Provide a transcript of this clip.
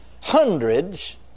Hundreds